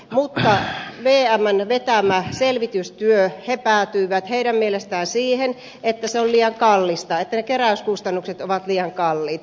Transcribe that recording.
muut lähtee jälleen vetämä vinjettimaksuun mutta vmn vetämässä selvitystyössä päädyttiin siihen että se on liian kallista että keräyskustannukset ovat liian kalliit